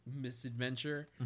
misadventure